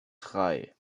drei